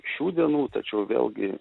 šių dienų tačiau vėlgi